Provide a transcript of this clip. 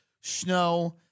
snow